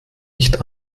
nicht